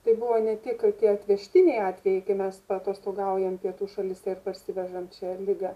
tai buvo ne tik tie atvežtiniai atvejai kai mes paatostogaujam pietų šalyse ir parsivežam čia ligą